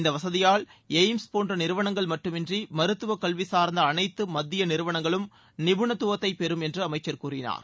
இந்த வசதியால் எய்ம்ஸ் போன்ற நிறுவனங்கள் மட்டுமன்றி மருத்துவ கல்வி சார்ந்த அனைத்து மத்திய நிறுவனங்களும் நிபுணத்துவத்தை பெறும் என்று அமைச்சர் கூறினார்